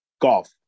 Golf